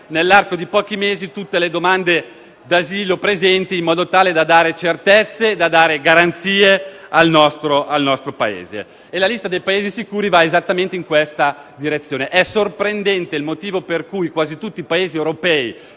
nell'arco di pochi mesi tutte le domande d'asilo presenti, in modo tale da dare certezze e garanzie al nostro Paese. La lista dei Paesi sicuri va esattamente in questa direzione. È sorprendente come quasi tutti i Paesi europei